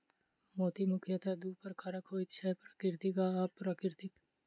मोती मुखयतः दू प्रकारक होइत छै, प्राकृतिक आ अप्राकृतिक